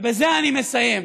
ובזה אני מסיים.